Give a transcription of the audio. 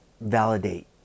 validate